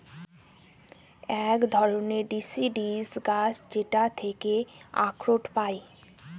এক ধরনের ডিসিডিউস গাছ যেটার থেকে আখরোট পায়